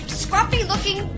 scruffy-looking